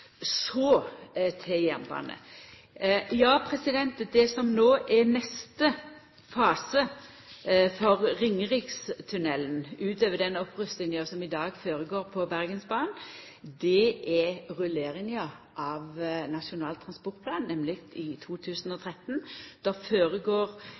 Så til jernbane: Det som no er neste fase for Ringerikstunnelen – utover den opprustinga som i dag føregår på Bergensbanen – er rulleringa av Nasjonal transportplan, nemleg i